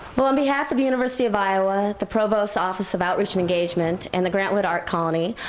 well on behalf of the university of iowa, the provost's office of outreach and engagement, and the grant wood art colony,